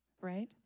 Right